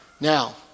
Now